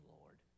Lord